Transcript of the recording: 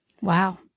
Wow